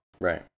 Right